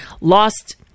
lost